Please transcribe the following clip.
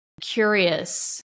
curious